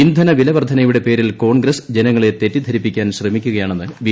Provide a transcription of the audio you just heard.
ഇന്ധനവിലവർദ്ധനയുടെ പേരിൽ കോൺഗ്രസ് ജനങ്ങളെ തെറ്റിദ്ധരിപ്പിക്കാൻ ശ്രമിക്കുകയാണെന്ന് ബി